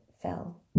fell